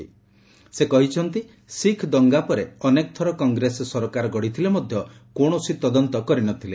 ଶ୍ରୀ ଶାହା କହିଛନ୍ତି ଶିଖ୍ ଦଙ୍ଗା ପରେ ଅନେକ ଥର କଂଗ୍ରେସ ସରକାର ଗଢ଼ିଥିଲେ ମଧ୍ୟ କୌଣସି ତଦନ୍ତ କରିନଥିଲେ